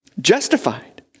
Justified